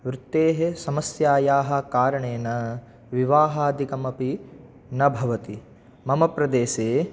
वृत्तेः समस्यायाः कारणेन विवाहादिकम् अपि न भवति मम प्रदेशे